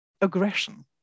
aggression